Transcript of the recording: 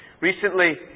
Recently